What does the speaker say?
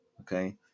okay